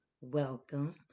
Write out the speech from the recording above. welcome